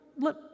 let